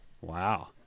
Wow